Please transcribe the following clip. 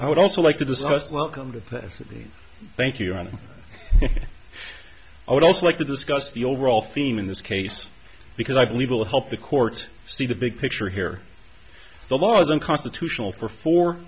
i would also like to discuss welcomed with the thank you ana i would also like to discuss the overall theme in this case because i believe will help the courts see the big picture here the law is unconstitutional for for